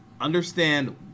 understand